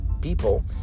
people